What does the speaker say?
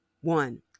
one